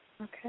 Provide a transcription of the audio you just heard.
Okay